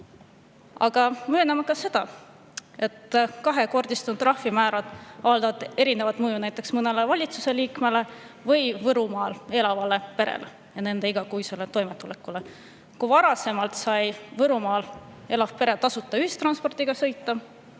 Aga mööname ka seda, et kahekordistunud trahvimäärad avaldavad erinevat mõju näiteks mõnele valitsuse liikmele ja Võrumaal elavale perele, nende igakuisele toimetulekule. Kui varasemalt sai Võrumaal elav pere tasuta ühistranspordiga sõita,